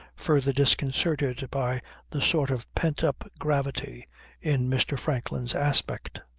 further disconcerted by the sort of pent-up gravity in mr. franklin's aspect.